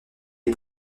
les